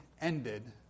ended